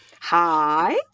Hi